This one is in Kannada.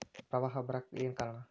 ಪ್ರವಾಹ ಬರಾಕ್ ಏನ್ ಕಾರಣ?